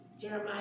Jeremiah